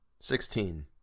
Sixteen